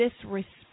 disrespect